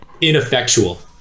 ineffectual